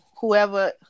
whoever